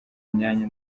imyanya